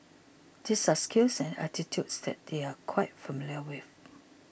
these are skills and aptitudes that they are quite familiar with